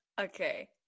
Okay